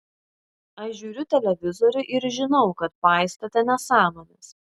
aš žiūriu televizorių ir žinau kad paistote nesąmones